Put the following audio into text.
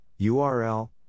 URL